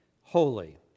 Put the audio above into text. holy